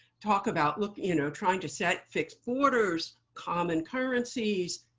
talk about look, you know, trying to set fixed borders, common currencies,